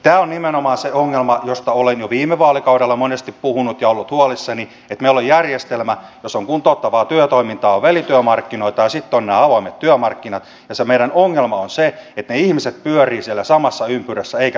tämä on nimenomaan se ongelma josta olen jo viime vaalikaudella monesti puhunut ja ollut huolissani että meillä on järjestelmä jossa on kuntouttavaa työtoimintaa on välityömarkkinoita ja sitten on nämä avoimet työmarkkinat ja se meidän ongelma on se että ne ihmiset pyörivät siellä samassa ympyrässä eivätkä pääse eteenpäin